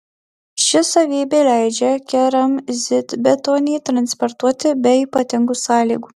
ši savybė leidžia keramzitbetonį transportuoti be ypatingų sąlygų